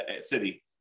city